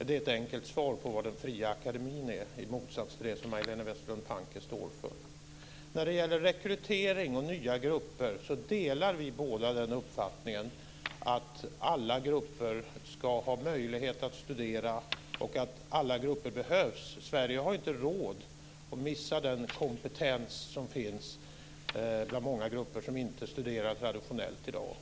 Det var ett enkelt svar på vad den fria akademin är, i motsats till det som När det gäller rekrytering och nya grupper så delar vi båda uppfattningen att alla grupper ska ha möjlighet att studera och att alla grupper behövs. Sverige har inte råd att missa den kompetens som finns bland många grupper som traditionellt inte studerar i dag.